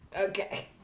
Okay